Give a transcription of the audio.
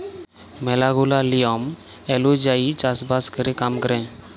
ম্যালা গুলা লিয়ম ওলুজায়ই চাষ বাস ক্যরে কাম ক্যরে